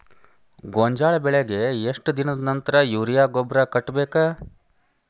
ಗೋಂಜಾಳ ಬೆಳೆಗೆ ಎಷ್ಟ್ ದಿನದ ನಂತರ ಯೂರಿಯಾ ಗೊಬ್ಬರ ಕಟ್ಟಬೇಕ?